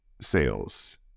sales